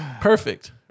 perfect